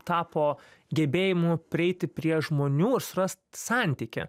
tapo gebėjimu prieiti prie žmonių ir surast santykį